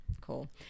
cool